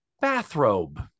bathrobe